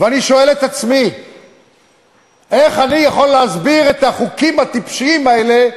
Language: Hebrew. ואני שואל את עצמי איך אני יכול להסביר את החוקים הטיפשיים האלה,